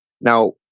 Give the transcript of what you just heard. Now